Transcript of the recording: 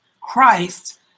Christ